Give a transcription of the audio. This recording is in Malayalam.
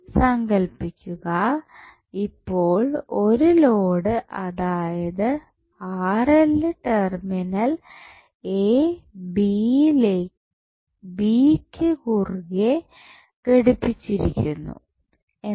സങ്കൽപ്പിക്കുക ഇപ്പോൾ ഒരു ലോഡ് അതായത് ടെർമിനൽ എ ബി ക്ക് കുറുകെ ഘടിപ്പിച്ചിരിക്കുന്നു എന്ന്